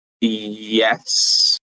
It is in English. Yes